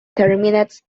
terminates